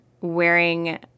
wearing